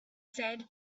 said